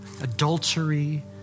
adultery